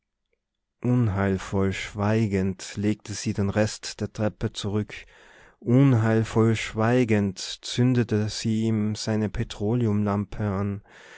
unheilvoll schweigend legte sie den rest der treppe zurück unheilvoll schweigend zündete sie ihm seine petroleumlampe